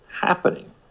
happening